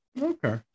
Okay